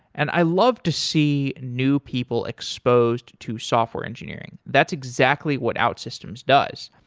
and i love to see new people exposed to software engineering. that's exactly what outsystems does.